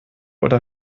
oder